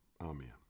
Amen